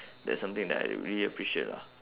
that's something that I really appreciate lah